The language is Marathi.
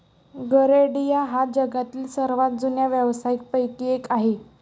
गरेडिया हा जगातील सर्वात जुन्या व्यवसायांपैकी एक आहे